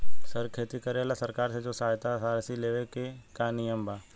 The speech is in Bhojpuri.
सर के खेती करेला सरकार से जो सहायता राशि लेवे के का नियम बा?